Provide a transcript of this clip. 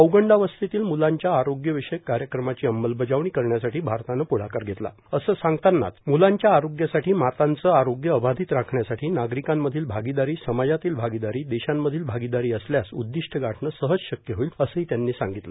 पौंगडावस्थेतील मूलांच्या आरोग्यविषयक कार्यक्रमाची अंमलबजावणी करण्यासाठी भारतानं प्ढाकार घेतला असं सांगतानाच मुलांच्या आरोग्यासाठी मातांचं आरोग्य अबाधित राखण्यासाठी नागरिकांमधील भागीदारी समाजातील भागीदारी देशांमधील भागीदारी असल्यास उद्दीष्ट्यं गाठणं सहज शक्य होईल असंही त्यांनी सांगितलं